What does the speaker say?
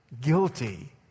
Guilty